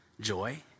joy